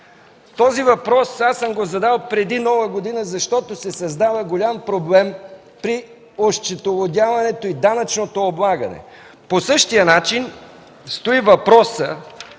Този въпрос аз съм го задал преди Нова година, защото се създава голям проблем при осчетоводяването и данъчното облагане. По същия начин стои и въпросът